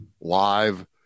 live